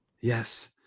Yes